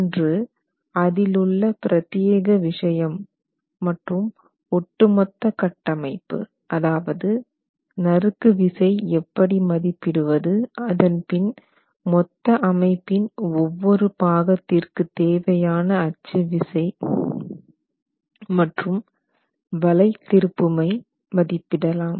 இன்று அதிலுள்ள பிரத்தியேக விஷயம் மற்றும் ஒட்டுமொத்த கட்டமைப்பு அதாவது நறுக்கு விசை எப்படி மதிப்பிடுவது அதன் பின் மொத்த அமைப்பின் ஒவ்வொரு பாகத்திற்கு தேவையான அச்சு விசை மற்றும் வளை திருப்புமை மதிப்பிடலாம்